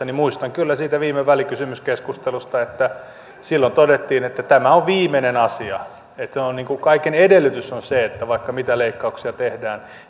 niin muistan kyllä siitä viime välikysymyskeskustelusta että silloin todettiin että tämä on viimeinen asia että kaiken edellytys on se että vaikka mitä leikkauksia tehdään